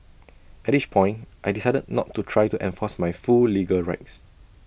at each point I decided not to try to enforce my full legal rights